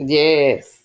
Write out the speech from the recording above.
yes